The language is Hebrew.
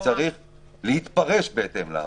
צריך להתפרש בהתאם לאמנה.